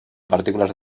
partícules